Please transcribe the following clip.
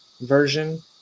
version